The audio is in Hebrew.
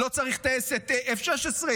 לא צריך טייסת F-16,